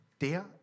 der